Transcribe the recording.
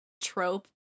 trope